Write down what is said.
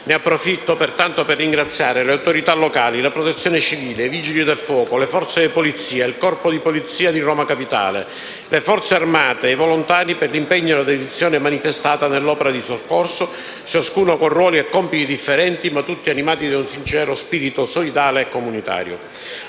Ne approfitto pertanto per ringraziare le autorità locali, la Protezione civile, i Vigili del fuoco, le Forze di polizia e il Corpo di polizia di Roma Capitale, le Forze armate e i volontari, per l'impegno e la dedizione manifestata nell'opera di soccorso, ciascuno con ruoli e compiti differenti ma tutti animati da un sincero spirito solidale e comunitario.